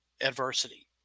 adversity